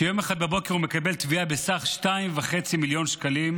שיום אחד בבוקר הוא מקבל תביעה בסך 2.5 מיליון שקלים,